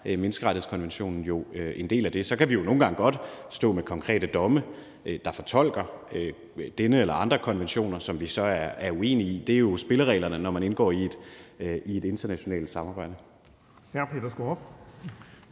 menneskerettighedskonventionen en del af det. Så kan vi nogle gange godt stå med konkrete domme, der fortolker denne eller andre konventioner, og som vi så er uenige i. Det er jo spillereglerne, når man indgår i et internationalt samarbejde. Kl. 13:07 Den fg.